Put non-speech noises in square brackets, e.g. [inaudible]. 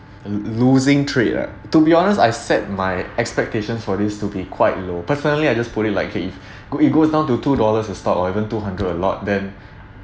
lo~ losing trade ah to be honest I set my expectations for this to be quite low personally I just put it like if [breath] it it goes down to two dollars a stock or even two hundred a lot then [breath]